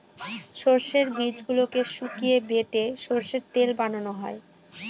সর্ষের বীজগুলোকে শুকিয়ে বেটে সর্ষের তেল বানানো হয়